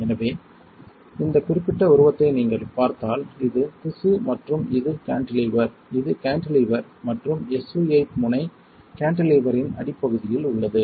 எனவே இந்த குறிப்பிட்ட உருவத்தை நீங்கள் பார்த்தால் இது திசு மற்றும் இது கான்டிலீவர் இது கான்டிலீவர் மற்றும் SU 8 முனை கான்டிலீவரின் அடிப்பகுதியில் உள்ளது